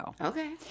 Okay